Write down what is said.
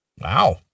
Wow